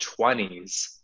20s